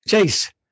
Chase